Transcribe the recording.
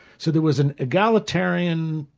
so there was an egalitarian,